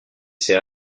ses